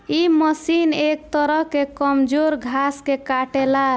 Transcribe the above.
इ मशीन एक तरह से कमजोर घास के काटेला